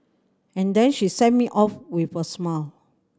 and then she sent me off with a smile